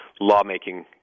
lawmaking